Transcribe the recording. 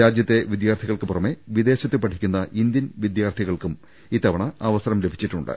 രാജ്യത്തെ വിദ്യാർത്ഥികൾക്കുപുറമ വിദേശത്ത് പഠിക്കുന്ന ഇന്ത്യൻ വിദ്യാർത്ഥികൾക്കും ഇത്തവണ അവസരം ലഭിച്ചിട്ടുണ്ട്